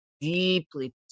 deeply